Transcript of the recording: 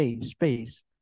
space